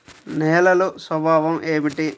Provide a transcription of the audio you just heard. నేలల స్వభావం ఏమిటీ?